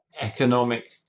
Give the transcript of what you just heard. economic